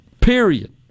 Period